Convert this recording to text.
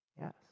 Yes